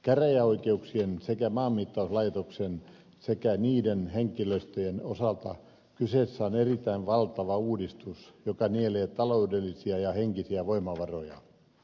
käräjäoikeuksien ja maanmittauslaitoksen sekä niiden henkilöstöjen osalta kyseessä on erittäin valtava uudistus joka nielee taloudellisia ja henkisiä voimavaroja